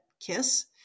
KISS